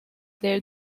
their